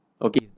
okay